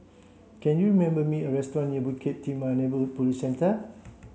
can you me a restaurant near Bukit Timah Police Centre